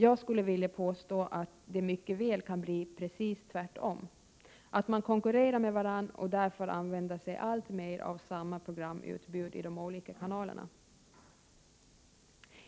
Jag skulle vilja påstå att det mycket väl kan bli precis tvärtom, att man konkurrerar med varandra och därför använder sig alltmer av samma programutbud i de olika kanalerna.